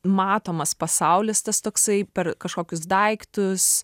matomas pasaulis tas toksai per kažkokius daiktus